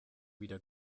wieder